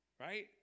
right